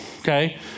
okay